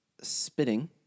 spitting